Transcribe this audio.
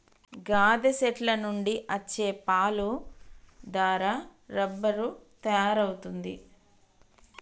గాదె సెట్ల నుండి అచ్చే పాలు దారా రబ్బరు తయారవుతుంది